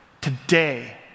Today